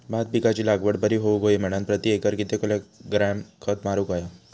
भात पिकाची लागवड बरी होऊक होई म्हणान प्रति एकर किती किलोग्रॅम खत मारुक होया?